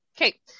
Okay